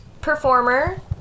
performer